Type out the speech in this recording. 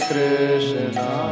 Krishna